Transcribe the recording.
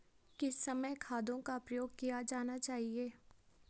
किस समय खादों का प्रयोग किया जाना चाहिए?